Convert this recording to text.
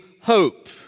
hope